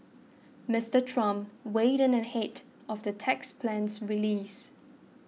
Mister Trump weighed in ahead of the tax plan's release